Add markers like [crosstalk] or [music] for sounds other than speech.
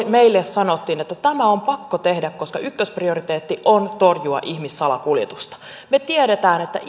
[unintelligible] meille sanottiin että tämä on pakko tehdä koska ykkösprioriteetti on torjua ihmissalakuljetusta me tiedämme että [unintelligible]